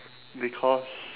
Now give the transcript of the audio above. because